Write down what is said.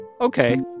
Okay